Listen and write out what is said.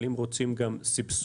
אבל אם רוצים גם סבסוד,